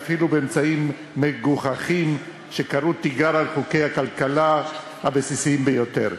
ואפילו באמצעים מגוחכים שקראו תיגר על חוקי הכלכלה הבסיסיים ביותר.